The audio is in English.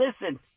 listen